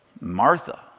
Martha